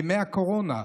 ימי הקורונה,